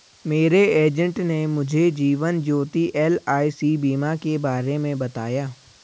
मेरे एजेंट ने मुझे जीवन ज्योति एल.आई.सी बीमा के बारे में बताया